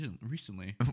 recently